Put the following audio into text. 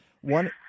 One